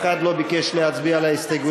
אנחנו נמשוך את שאר ההסתייגויות